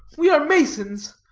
we are masons,